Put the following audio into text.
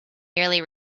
merely